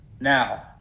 Now